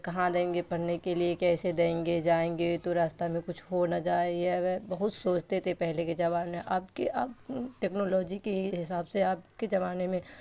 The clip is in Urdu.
کہاں دیں گے پڑھنے کے لیے کیسے دیں گے جائیں گے تو راستہ میں کچھ ہو نہ جائے یہ اگر بہت سوچتے تھے پہلے کے زمانے میں اب کے اب ٹیکنالوجی کی حساب سے اب کے زمانے میں